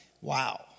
Wow